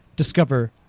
Discover